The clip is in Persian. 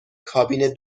کابین